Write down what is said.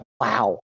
Wow